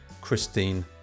christine